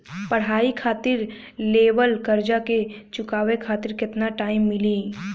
पढ़ाई खातिर लेवल कर्जा के चुकावे खातिर केतना टाइम मिली?